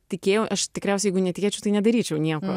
tikėjau aš tikriausiai jeigu netikėčiau tai nedaryčiau nieko